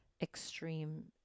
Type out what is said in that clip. extreme